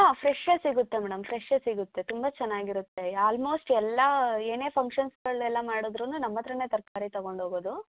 ಹಾಂ ಫ್ರೆಶ್ಶೇ ಸಿಗುತ್ತೆ ಮೇಡಮ್ ಫ್ರೆಶ್ಶೇ ಸಿಗುತ್ತೆ ತುಂಬ ಚೆನ್ನಾಗಿರುತ್ತೆ ಆಲ್ಮೋಶ್ಟ್ ಎಲ್ಲ ಏನೇ ಫಂಕ್ಷನ್ಸ್ಗಳನ್ನೆಲ್ಲ ಮಾಡುದ್ರು ನಮ್ಮತ್ತಿರನೆ ತರಕಾರಿ ತಗೊಂಡೋಗೋದು